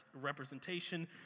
representation